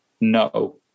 No